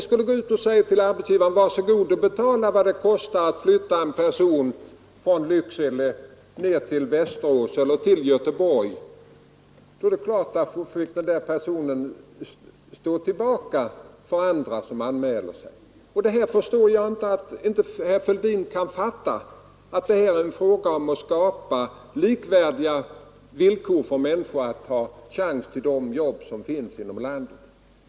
Skulle vi gå ut och säga till arbetsgivarna, att var så goda och betala vad det kostar att flytta en person från Lycksele ner till Västerås eller Göteborg, så är det klart att den personen fick stå tillbaka för andra som anmälde sig. Jag förstår inte att herr Fälldin inte kan fatta att det är fråga om att skapa likvärdiga villkor för människor när det gäller chanserna till de jobb som finns inom landet.